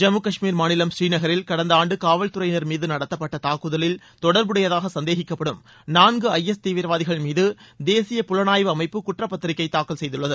ஜம்மு காஷ்மீர் மாநிலம் ஸ்ரீநகரில் கடந்த ஆண்டு காவல் துறையினர் மீது நடத்தப்பட்ட தாக்குதலில் தொடர்புடையதாக சந்தேகிக்கப்படும் நான்கு ஐஎஸ் தீவிரவாதிகள் மீது தேசிய புலனாய்வு அமைப்பு குற்றப்பத்திரிக்கை பதிவு செய்துள்ளது